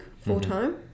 full-time